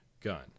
gun